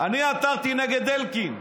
אני עתרתי נגד אלקין.